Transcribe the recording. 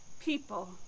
people